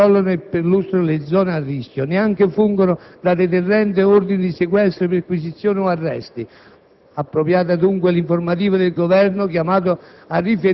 che controlla e perlustra le zone a rischio; neanche fungono da deterrente ordini di sequestro, perquisizioni o arresti. Appropriata, dunque, l'informativa del Governo, chiamato